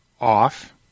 off